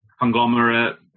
conglomerate